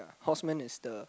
horseman is the